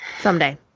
Someday